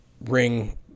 ring